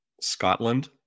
Scotland